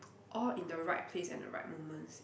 all in the right place and the right moments